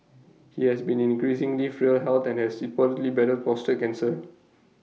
he has been in increasingly frail health and has reportedly battled prostate cancer